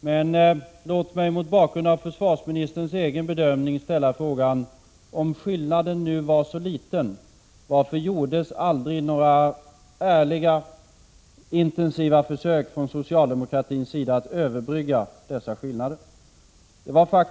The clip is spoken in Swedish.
men låt mig mot bakgrund av försvarsministerns egen bedömning ställa frågan: Om skillnaden nu var så liten, varför gjordes aldrig några ärliga, intensiva försök från socialdemokratins sida att överbrygga dessa skillnader?